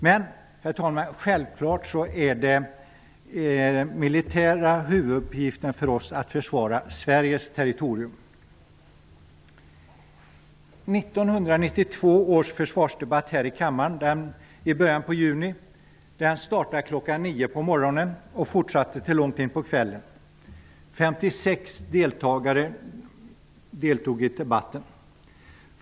Men, herr talman, självfallet är den militära huvuduppgiften för oss att försvara 9.00 på morgonen och fortsatte till långt in på kvällen. 56 talare deltog i debatten.